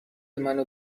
منو